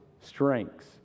strengths